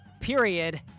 period